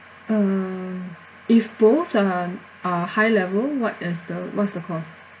uh if both are are high level what is the what's the cost